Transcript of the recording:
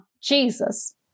Jesus